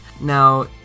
Now